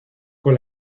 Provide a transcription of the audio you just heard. con